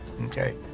Okay